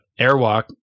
Airwalk